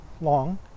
long